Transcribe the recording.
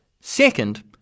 Second